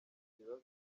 ibibazo